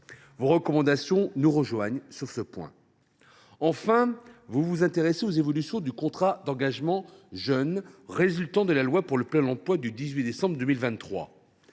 Vos recommandations rejoignent les nôtres sur ce point. Enfin, vous vous intéressez aux évolutions du contrat d’engagement jeune (CEJ) résultant de la loi pour le plein emploi du 18 décembre 2023.